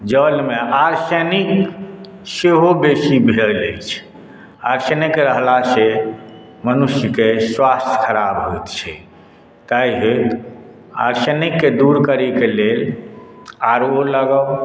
जलमे आर्सेनिक सेहो बेसी मिलल रहै छै आर्सेनिक रहला सॅं मनुष्यके स्वास्थ्य खराब होयत छै ताहि लेल आर्सेनिक दूर करैक लेल आर ओ लगाओऽ